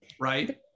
Right